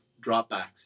dropbacks